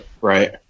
Right